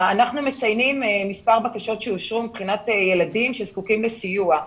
אנחנו מציינים מספר בקשות שאושרו מבחינת ילדים שזקוקים לסיוע,